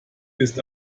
ist